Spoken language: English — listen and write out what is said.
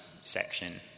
section